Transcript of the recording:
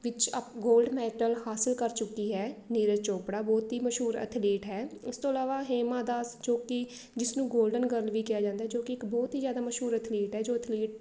ਵਿੱਚ ਅਪ gold medal ਹਾਸਲ ਕਰ ਚੁੱਕੀ ਹੈ ਨੀਰਜ ਚੋਪੜਾ ਬਹੁਤ ਹੀ ਮਸ਼ਹੂਰ ਅਥਲੀਥ ਹੈ ਉਸ ਤੋਂ ਇਲਾਵਾ ਹੇਮਾ ਦਾਸ ਜੋ ਕਿ ਜਿਸਨੂੰ ਗੋਲਡਨ ਗਰਲ ਵੀ ਕਿਹਾ ਜਾਂਦਾ ਜੋ ਕਿ ਇੱਕ ਬਹੁਤ ਹੀ ਜ਼ਿਆਦਾ ਮਸ਼ਹੂਰ ਅਥਲੀਥ ਹੈ ਜੋ ਅਥਲੀਟ